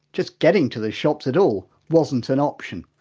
just getting to the shops at all wasn't an option.